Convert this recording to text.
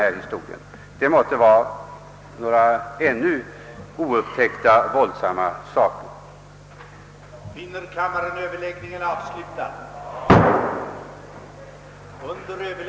Man tycks mena att det skall inträffa några ännu oupptäckta våldsamma brottshandlingar innan man är beredd att vidtaga några åtgärder.